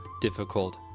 difficult